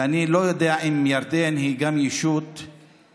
ואני לא יודע אם גם ירדן היא ישות עוינת,